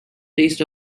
taste